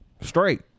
straight